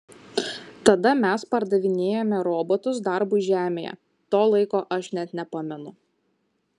tada mes pardavinėjome robotus darbui žemėje to laiko aš net nepamenu